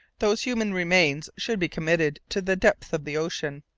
those human remains should be committed to the depths of the ocean,